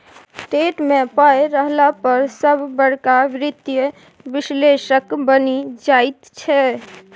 TET मे पाय रहला पर सभ बड़का वित्तीय विश्लेषक बनि जाइत छै